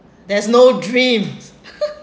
there's no dreams